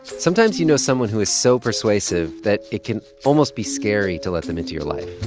sometimes, you know someone who is so persuasive that it can almost be scary to let them into your life.